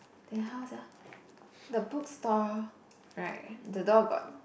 then how sia the book store right the door got